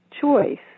choice